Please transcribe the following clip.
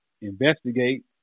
investigate